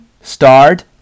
start